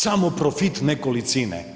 Samo profit nekolicine.